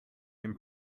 him